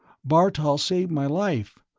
bartol saved my life.